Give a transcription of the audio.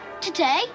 Today